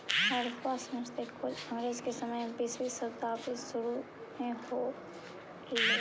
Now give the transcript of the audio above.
हड़प्पा सभ्यता के खोज अंग्रेज के समय में बीसवीं शताब्दी के सुरु में हो ले